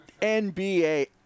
NBA